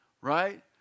Right